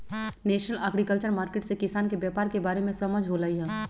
national agriculture market से किसान के व्यापार के बारे में समझ होलई ह